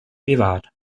bewahrt